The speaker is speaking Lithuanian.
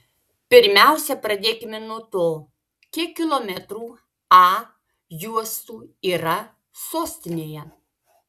pirmiausia pradėkime nuo to kiek kilometrų a juostų yra sostinėje